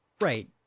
Right